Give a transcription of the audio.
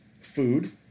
food